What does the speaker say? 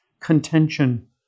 Contention